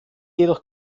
jedoch